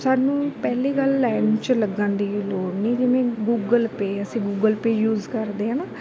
ਸਾਨੂੰ ਪਹਿਲੀ ਗੱਲ ਲਾਈਨ 'ਚ ਲੱਗਣ ਦੀ ਲੋੜ ਨਹੀਂ ਜਿਵੇਂ ਗੂਗਲ ਪੇ ਅਸੀਂ ਗੂਗਲ ਪੇ ਯੂਜ਼ ਕਰਦੇ ਹੈ ਨਾ